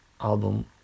album